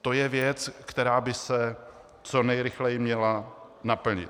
To je věc, která by se co nejrychleji měla naplnit.